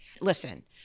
Listen